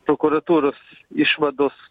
prokuratūros išvados